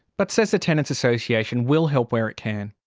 but says the tenants association will help where it can.